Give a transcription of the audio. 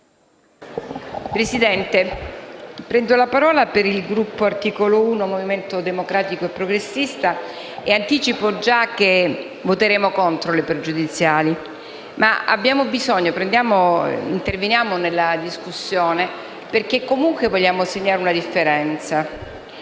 Presidente, prendo la parola per il Gruppo Articolo 1-Movimento Democratico e Progressista e anticipo già che voteremo contro le pregiudiziali. Ma abbiamo bisogno di intervenire nella discussione, perché comunque vogliamo segnare una differenza.